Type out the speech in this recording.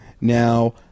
Now